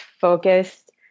focused